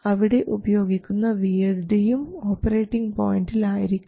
അവിടെ ഉപയോഗിക്കുന്ന VSD യും ഓപ്പറേറ്റിംഗ് പോയിൻറിൽ ആയിരിക്കും